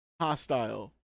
hostile